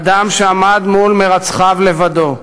אדם שעמד מול מרצחיו לבדו.